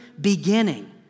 beginning